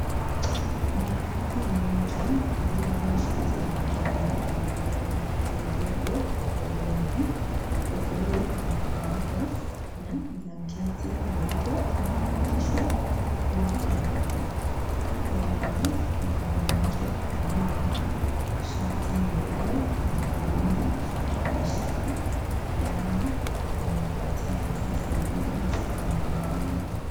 Mwanamke mmoja, aliyevaa shati ya manjano, amembeba mtoto mdogo mkononi. Mtoto huyo amefunikwa na blanketi nyeupe, na kavalishwa kofia nyeupe. Kando yao, kuna mwanamke aliyevaa shati nyeupe, na mkononi ameshika dawa anayompatia mtoto huyo mchanga mdomoni.